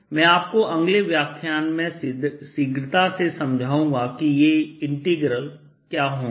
मैं आपको अगले व्याख्यान में शीघ्रता से समझाऊँगा कि ये इंटीग्रल क्या होंगे